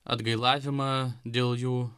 atgailavimą dėl jų